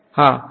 વિદ્યાર્થી હા